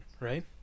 right